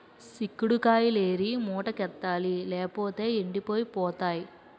సిక్కుడు కాయిలేరి మూటకెత్తాలి లేపోతేయ్ ఎండిపోయి పోతాయి